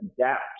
adapt